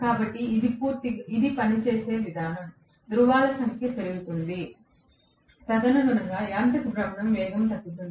కాబట్టి ఇది పనిచేసే విధానం ధ్రువాల సంఖ్య పెరుగుతుంది తదనుగుణంగా యాంత్రిక భ్రమణ వేగం తగ్గుతుంది